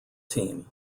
team